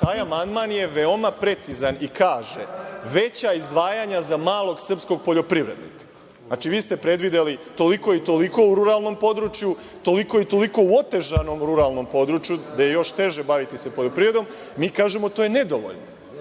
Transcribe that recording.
taj amandman je veoma precizan i kaže- veća izdvajanja za malog srpskog poljoprivrednika. Znači, vi ste predvideli toliko i toliko u ruralnom području, toliko i toliko u otežanom ruralnom području gde je još teže baviti se poljoprivrednom. Mi kažemo da je to nedovoljno.